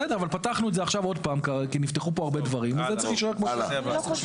אבל פתחנו את זה כי נפתחו שוב הרבה דברים אז זה צריך להישאר כמו שזה.